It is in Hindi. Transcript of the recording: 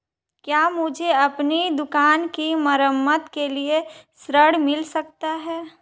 क्या मुझे अपनी दुकान की मरम्मत के लिए ऋण मिल सकता है?